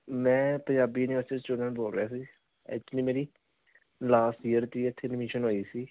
ਮੈਂ ਪੰਜਾਬੀ ਯੂਨੀਵਰਸਿਟੀ ਦਾ ਸਟੂਡੈਂਟ ਬੋਲ ਰਿਹਾ ਸੀ ਐਕਚੁਲੀ ਮੇਰੀ ਲਾਸਟ ਈਅਰ ਦੀ ਇੱਥੇ ਐਡਮਿਸ਼ਨ ਹੋਈ ਸੀ